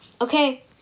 Okay